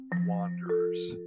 wanderers